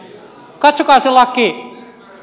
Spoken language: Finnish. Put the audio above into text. katsokaa se laki